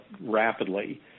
rapidly